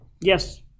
Yes